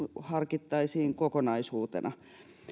harkittaisiin kokonaisuutena